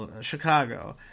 Chicago